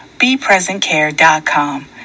BePresentCare.com